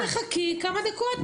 תחכי כמה דקות.